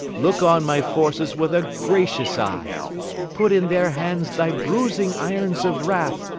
look on my forces with a gracious eye put in their hands thy bruising irons of wrath,